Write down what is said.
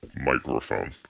microphone